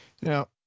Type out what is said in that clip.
Now